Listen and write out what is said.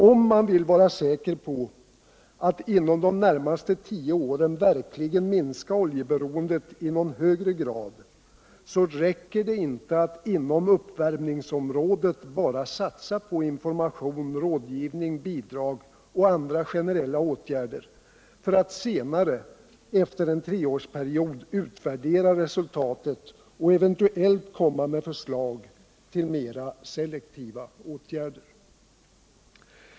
Om man vill vara säker på att inom de närmaste tio åren verkligen minska oljeberocndet i någon högre grad, räcker det inte att inom uppvärmningsområdet bara satsa på information, rådgivning, bidrag och andra generella åtgärder för att senare, efter en treårsperiod, utvärdera resultatet och eventuellt lägga fram förslag till mera selektiva åtgärder.